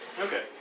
Okay